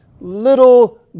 little